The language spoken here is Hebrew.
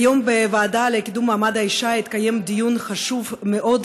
היום בוועדה לקידום מעמד האישה התקיים דיון חשוב מאוד,